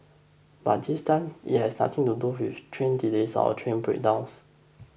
but this time it has nothing to do with train delays or train breakdowns